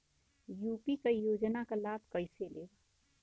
UP क योजना क लाभ कइसे लेब?